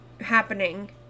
happening